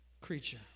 creature